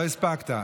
לא הספקת.